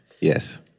Yes